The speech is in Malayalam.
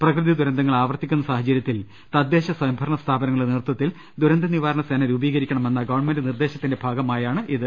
പ്രകൃതി ദുരന്തങ്ങൾ ആവർത്തിക്കുന്ന സാഹചര്യത്തിൽ തദ്ദേശ സ്വയംഭരണ സ്ഥാപനങ്ങളുടെ നേതൃത്വ ത്തിൽ ദുരന്ത നിവാരണ സേന രൂപീകരിക്കണമെന്ന ഗവൺമെന്റ് നിർദേശത്തിന്റെ ഭാഗമായാണിത്